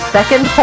Second